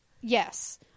Yes